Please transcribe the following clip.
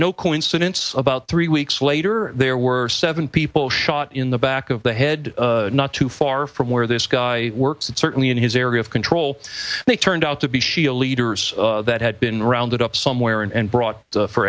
no coincidence about three weeks later there were seven people shot in the back of the head not too far from where this guy works and certainly in his area of control they turned out to be shia leaders that had been rounded up somewhere and brought for